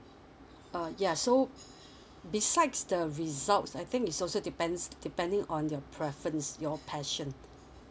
uh ya so besides the results I think is also depends depending on your preference your passion